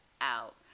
out